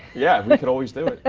yeah, we could always do it,